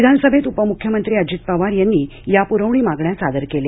विधानसभेत उपमुख्यमंत्री अजित पवार यांनी या पुरवणी मागण्या सादर केल्या